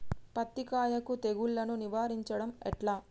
పత్తి కాయకు తెగుళ్లను నివారించడం ఎట్లా?